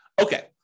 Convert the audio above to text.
Okay